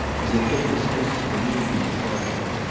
as it gave us hopes of immediate departure,